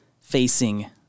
facing